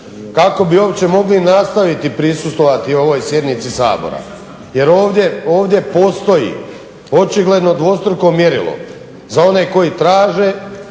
uopće mogli nastaviti prisustvovati ovoj sjednici Sabora, jer ovdje postoji očigledno dvostruko mjerilo za one koji traže